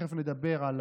תכף נדבר על